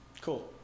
Cool